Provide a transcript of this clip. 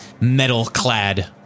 metal-clad